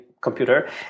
computer